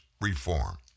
reform